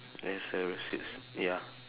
there's a restrict ya